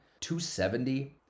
270